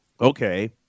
okay